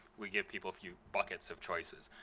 we give people a few buckets of choices.